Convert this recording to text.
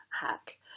hack